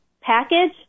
package